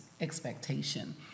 expectation